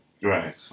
Right